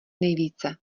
nejvíce